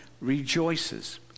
rejoices